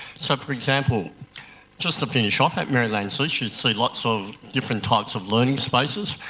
so, for example just to finish off at merrylands east you see lots of different types of learning spaces.